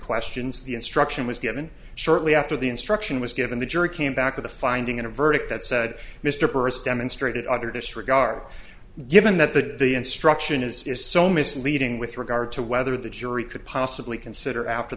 questions the instruction was given shortly after the instruction was given the jury came back with a finding in a verdict that said mr burris demonstrated utter disregard given that the instruction is is so misleading with regard to whether the jury could possibly consider after